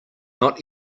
not